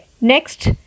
Next